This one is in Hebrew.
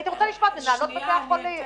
הייתי רוצה לשמוע את מנהלות הפגיות בבתי החולים.